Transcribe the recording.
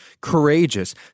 courageous